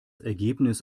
ergebnis